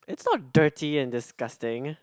it's not dirty and disgusting